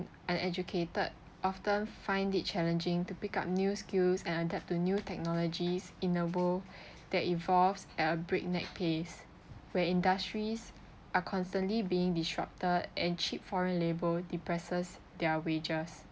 uneducated often find it challenging to pick up new skills and adapt to new technologies in a world that evolves at a breakneck pace where industries are constantly being disrupted and cheap foreign labour depresses their wages